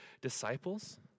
disciples